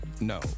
no